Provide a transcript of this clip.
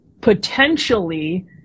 potentially